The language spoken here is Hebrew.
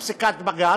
לפי פסיקת בג"ץ,